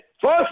First